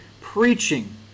preaching